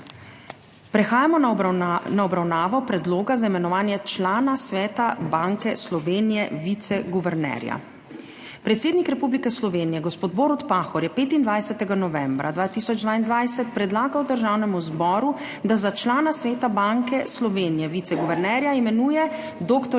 Prehajamo na obravnavo Predloga za imenovanje člana Sveta Banke Slovenije - viceguvernerja. Predsednik Republike Slovenije gospod Borut Pahor je 25. novembra 2022 predlagal Državnemu zboru, da za člana Sveta Banke Slovenije - viceguvernerja imenuje dr.